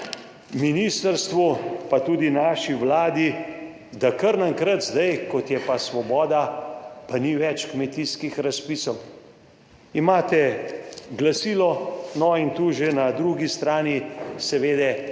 in ministrstvu, pa tudi naši Vladi, da kar naenkrat, zdaj kot je pa Svoboda, pa ni več kmetijskih razpisov. Imate glasilo, no, in tu že na drugi strani seveda